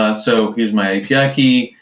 ah so here's my api ah key.